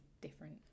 different